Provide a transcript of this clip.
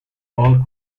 all